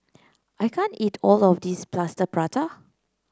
I can't eat all of this Plaster Prata